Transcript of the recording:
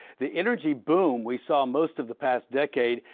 the energy boom we saw most of the past decade,